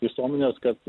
visuomenės kad